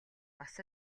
бас